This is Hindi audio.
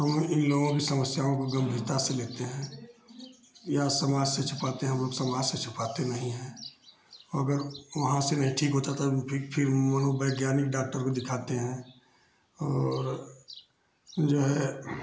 हम इन लोगों की समस्याओं को गम्भीरता से लेते हैं या समाज से छुपाते हैं हमलोग समाज से छुपाते नहीं हैं अगर वहाँ से नहीं ठीक होता तो फिर फिर मनोवैज्ञानिक डाॅक्टर को दिखाते हैं और जो है